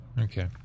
Okay